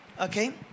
Okay